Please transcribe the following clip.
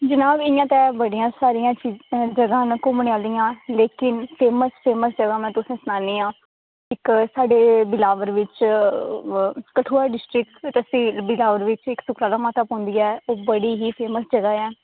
जनाब इंया ते बड़ियां सारियां जगहां न घुम्मनै आह्लियां इक्क साढ़े बिलावर च कठुआ डिस्ट्रिक्ट च तैह्सील बिलावर बिच माता पौंदी ऐ